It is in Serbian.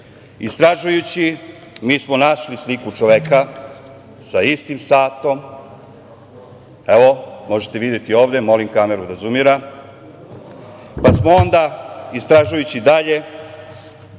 Tepić. Istražujući, mi smo našli sliku čoveka sa istim satom. Evo, možete videti ovde, molim kameru da zumira. Onda smo, istražujući dalje,